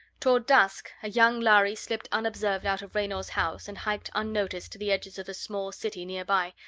toward dusk, a young lhari slipped unobserved out of raynor's house and hiked unnoticed to the edges of a small city nearby,